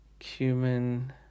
Cumin